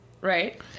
right